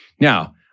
Now